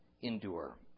Endure